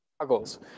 goggles